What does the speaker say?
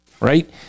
right